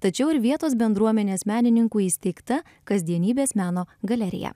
tačiau ir vietos bendruomenės menininkų įsteigta kasdienybės meno galerija